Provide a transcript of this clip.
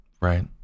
Right